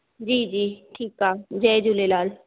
जी जी ठीकु आहे जय झूलेलाल